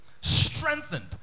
strengthened